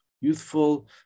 youthful